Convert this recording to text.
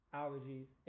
allergies